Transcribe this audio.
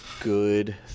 Good